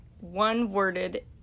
one-worded